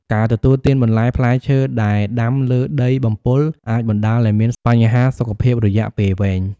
ការទទួលទានបន្លែផ្លែឈើដែលដាំលើដីបំពុល អាចបណ្តាលឲ្យមានបញ្ហាសុខភាពរយៈពេលវែង។